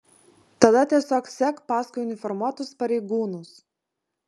tada tiesiog sek paskui uniformuotus pareigūnus